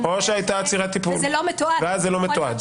ואז זה לא מתועד.